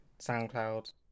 soundcloud